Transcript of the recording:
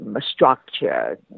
structure